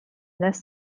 this